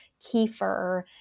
kefir